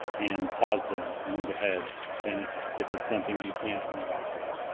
and pause them and move ahead than if if it's something we can't interact with,